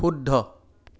শুদ্ধ